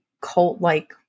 cult-like